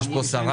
יש פה שרה